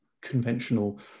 conventional